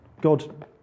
God